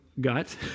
gut